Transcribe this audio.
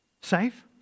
Safe